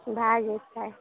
भय जेतै